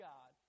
God